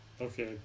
Okay